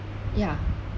yeah